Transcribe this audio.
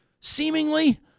seemingly